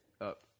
up